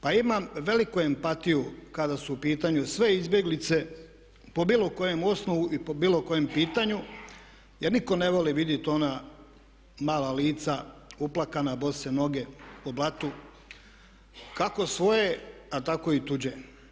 Pa imam veliku empatiju kada su u pitanju sve izbjeglice po bilo kojem osnovu i po bilo kojem pitanju jer nitko ne voli vidjeti ona mala lica uplakana, bose noge po blatu, kako svoje a tako i tuđe.